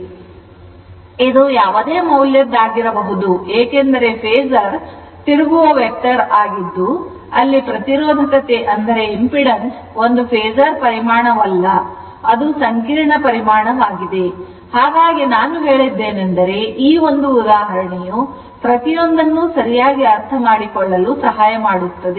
ಆದ್ದರಿಂದ ಇದು ಯಾವುದೇ ಮೌಲ್ಯದ್ದಾಗಿರಬಹುದು ಏಕೆಂದರೆ ಫೇಸರ್ ತಿರುಗುವ ವೆಕ್ಟರ್ ಆಗಿದ್ದು ಅಲ್ಲಿ ಪ್ರತಿರೋಧಕತೆ ಒಂದು ಫೇಸರ್ ಪರಿಮಾಣವಲ್ಲ ಅದು ಸಂಕೀರ್ಣ ಪರಿಮಾಣವಾಗಿದೆ ಹಾಗಾಗಿ ನಾನು ಹೇಳಿದ್ದೇನೆಂದರೆ ಈ ಒಂದು ಉದಾಹರಣೆಯು ಪ್ರತಿಯೊಂದನ್ನೂ ಸರಿಯಾಗಿ ಅರ್ಥಮಾಡಿಕೊಳ್ಳಲು ಸಹಾಯ ಮಾಡುತ್ತದೆ